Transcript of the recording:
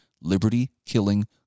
liberty-killing